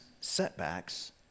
setbacks